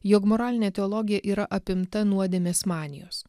jog moralinė teologija yra apimta nuodėmės manijos